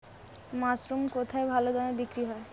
Mushroom কেথায় ভালোদামে বিক্রয় হয়?